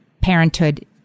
parenthood